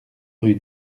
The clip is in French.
rue